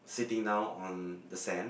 sitting down on the sand